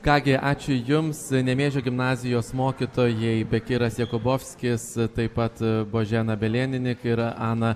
ką gi ačiū jums nemėžio gimnazijos mokytojai bekiras jakubovskis taip pat božena bieleninik ir ana